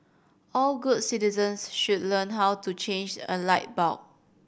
all good citizens should learn how to change a light bulb